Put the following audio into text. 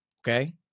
Okay